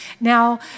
Now